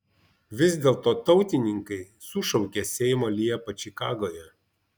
vis dėlto tautininkai sušaukė seimą liepą čikagoje